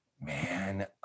Man